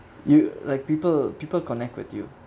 you like people people connect with you